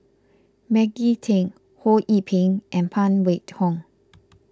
Maggie Teng Ho Yee Ping and Phan Wait Hong